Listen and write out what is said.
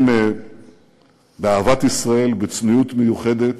ובאהבת ישראל, בצניעות מיוחדת,